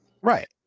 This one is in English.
Right